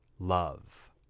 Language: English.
Love